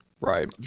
right